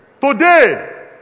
Today